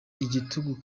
igitugu